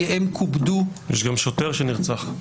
קופדו --- יש גם שוטר שנרצח.